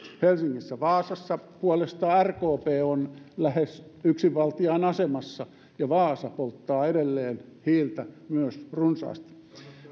helsingissä vaasassa puolestaan rkp on lähes yksinvaltiaan asemassa ja vaasa polttaa edelleen myös hiiltä runsaasti